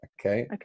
okay